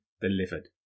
delivered